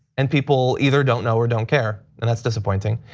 and people either don't know or don't care, and that's disappointing.